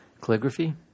calligraphy